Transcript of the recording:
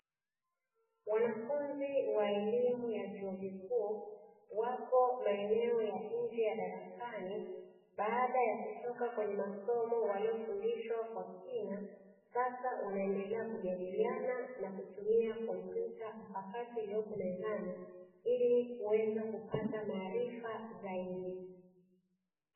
Wanafunzi wa elimu ya vyuo vikuu, wapo maeneo ya nje ya darasani, baada ya kutoka kwenye masomo waliofundishwa kwa kina, sasa wanaendelea kujadiliana na Kutumia kompyuta mpakato iliyopo mezani ili kuweza kupata maarifa Zaidi.